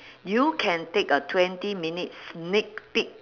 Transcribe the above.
you can take a twenty minute sneak peek